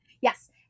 yes